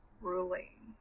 Ruling